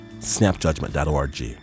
snapjudgment.org